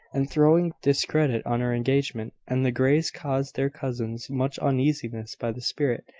and throwing discredit on her engagement and the greys caused their cousins much uneasiness by the spirit,